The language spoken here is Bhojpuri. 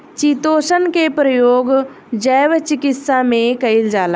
चितोसन के प्रयोग जैव चिकित्सा में कईल जाला